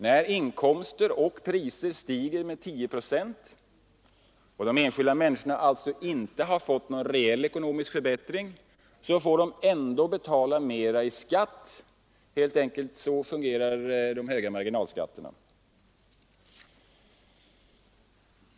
När inkomster och priser stiger med 10 procent och de enskilda människorna alltså inte har fått någon reell ekonomisk förbättring, måste de ändå betala mera i skatt. Så fungerar helt enkelt de höga marginalskatterna.